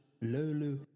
lulu